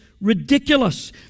ridiculous